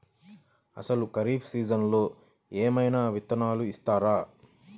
అసలు ఖరీఫ్ సీజన్లో ఏమయినా విత్తనాలు ఇస్తారా?